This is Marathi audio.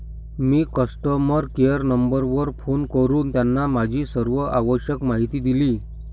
मी कस्टमर केअर नंबरवर फोन करून त्यांना माझी सर्व आवश्यक माहिती दिली